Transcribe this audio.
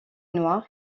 noir